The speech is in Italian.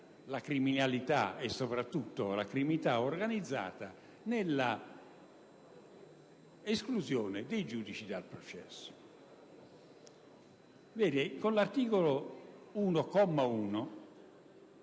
la criminalità, soprattutto quella organizzata, nell'esclusione dei giudici dal processo.